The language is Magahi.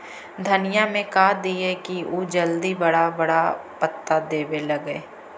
धनिया में का दियै कि उ जल्दी बड़ा बड़ा पता देवे लगै?